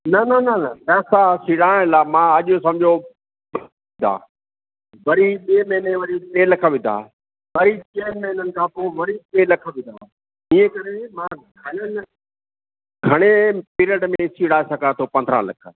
न न न न पैसा सीड़ाइण लाइ मां अॼु सम्झो पैसा विधा वरी ॿिए महीने वरी टे लख विधा वरी चइनि महिननि खां पोइ वरी टे लख विधा इएं करे मां घणे पीरियड में सीड़ाए सघां थो पंद्रहं लख